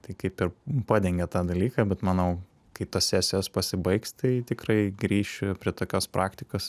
tai kaip ir padengia tą dalyką bet manau kai tos sesijos pasibaigs tai tikrai grįšiu prie tokios praktikos